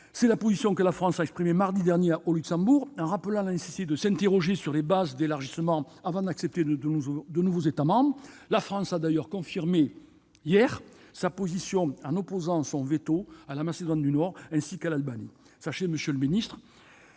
C'est la position que la France a exprimée mardi dernier au Luxembourg, en rappelant la nécessité de s'interroger sur les bases de l'élargissement avant d'accepter de nouveaux États membres, et qu'elle a confirmée hier en opposant son veto à la Macédoine du Nord, ainsi qu'à l'Albanie. Sachez, monsieur